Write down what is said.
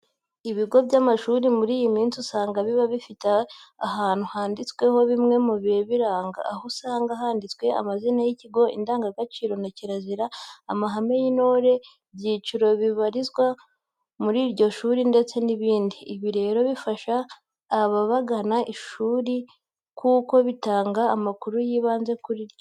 Ibigo by'amashuri muri iyi minsi usanga biba bifite ahantu handitswe bimwe mu bibiranga, aho usanga handitswe amazina y'ikigo, indangagaciro na kirazira, amahame y'intore, ibyiciro bibarizwa muri iryo shuri ndetse n'ibindi. Ibi rero bifasha abagana ishuri kuko bitanga amakuru y'ibanze kuri ryo.